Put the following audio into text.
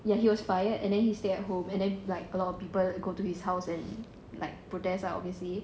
ya he was fired and then he stay at home and then it's like a lot of people will like go to his house and like protest lah obviously